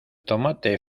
tomate